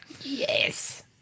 Yes